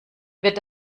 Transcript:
wird